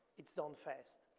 it's done fast.